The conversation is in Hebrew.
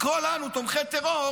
לקרוא לנו תומכי טרור